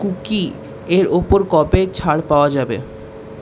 কুকিয়ের ওপর কবে ছাড় পাওয়া যাবে